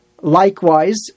Likewise